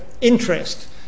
interest